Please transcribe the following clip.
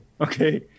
okay